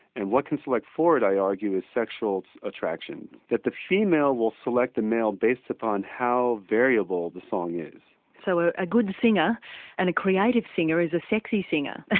and what can select for it i argue is sexual attraction. that the female will select the male based upon how variable the song is. so ah a good singer and a creative singer is a sexy singer?